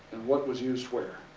and what was used where.